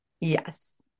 Yes